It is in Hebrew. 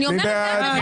מי נגד?